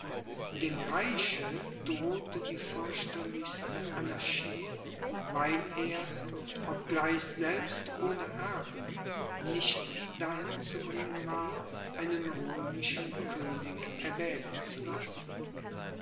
dem reiche drohte die fürchterlichste anarchie weil er obgleich selbst ohne erben nicht dahin zu bringen war einen römischen könig erwählen zu lassen